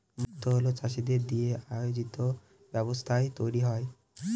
মুক্ত গুলো চাষীদের দিয়ে আয়োজিত ব্যবস্থায় তৈরী হয়